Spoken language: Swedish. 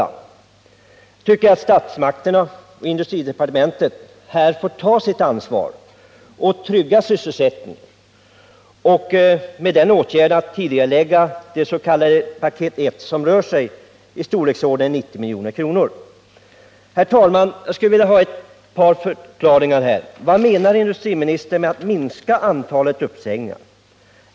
Jag tycker att statsmakterna och industridepartementet här få ta sitt ansvar och trygga sysselsättningen genom åtgärden att tidigarelägga det s.k. paket 1, som ligger i storleksordningen 90 milj.kr. Herr talman! Jag skulle vilja få ett par klargöranden. Vad menar industriministern med att regeringen skall försöka minska antalet uppsägningar?